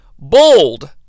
Bold